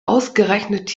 ausgerechnet